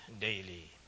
daily